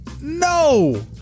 No